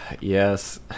Yes